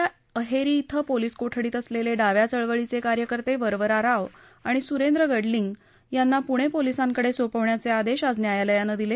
गडचिरोलीतल्या अहेरी क्रें पोलीस कोठडीत असलेले डाव्या चळवळीचे कार्यकर्ते वरवरा राव आणि सुरेंद्र गडलिंग यांना पूणे पोलीसांकडे सोपवण्याचे आदेश आज न्यायालयानं दिले